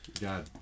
God